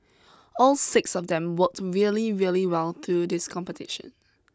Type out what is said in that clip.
all six of them worked really really well through this competition